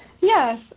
Yes